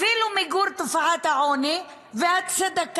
אפילו מיגור תופעת העוני והצדקה,